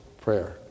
prayer